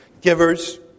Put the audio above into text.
Givers